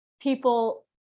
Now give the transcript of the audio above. people